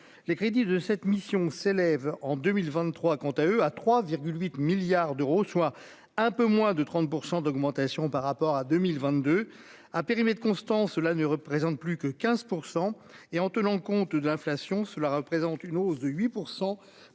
les crédits de cette mission s'élève en 2023, quant à eux à 3 8 milliards d'euros, soit un peu moins de 30 % d'augmentation par rapport à 2022, à périmètre constant, cela ne représente plus que 15 % et en tenant compte de l'inflation, cela représente une hausse de 8